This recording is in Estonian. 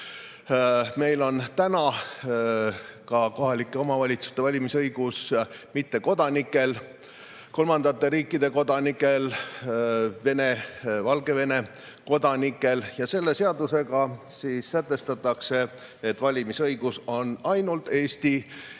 Meil on kohalike omavalitsuste valimise õigus ka mittekodanikel, kolmandate riikide kodanikel, Vene ja Valgevene kodanikel. Selle seadusega sätestatakse, et valimisõigus on ainult Eesti